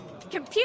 Computer